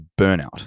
burnout